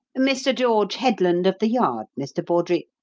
mr. george headland, of the yard, mr. bawdrey.